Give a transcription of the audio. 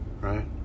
right